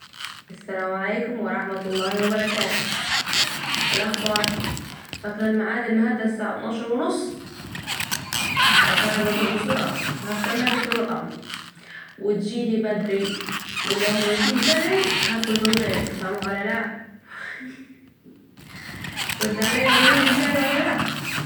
السلام عليكم ورحمة الله وبركاته اية الاخبار ، فاكرة المعاد انهدا الساعه اطناشر و نص علشان أنا بجوع بسرعه فا هستناكِ في المطعم و تيجيني بدري ولو مجتيش بدري هاكل من غيرك سامعه ولا لا، ردي عليا قوليلي جايه ولا لأ